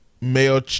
male